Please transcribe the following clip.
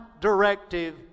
directive